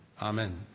Amen